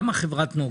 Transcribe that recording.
למה חברת נגה?